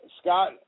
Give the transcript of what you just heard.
Scott